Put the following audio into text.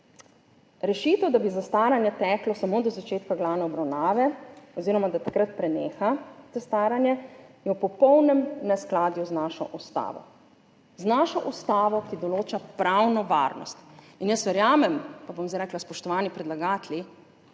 Rešitev, da bi zastaranje teklo samo do začetka glavne obravnave oziroma da takrat preneha zastaranje, je v popolnem neskladju z našo ustavo. Z našo ustavo, ki določa pravno varnost. In jaz verjamem, pa bom zdaj rekla, spoštovani predlagatelji,